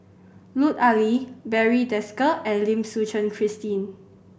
Lut Ali Barry Desker and Lim Suchen Christine